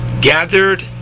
gathered